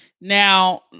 Now